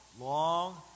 long